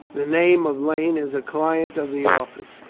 the name of lane as a client of the office.